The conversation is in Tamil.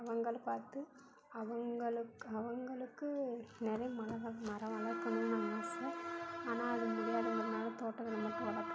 அவங்களை பார்த்து அவங்களுக்கு அவங்களுக்கு நிறைய மரம் மரம் வளர்க்கணும்னு ஆசை ஆனால் அது முடியாததுனால் தோட்டத்தில் நமக்கு வளர்க்க